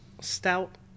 stout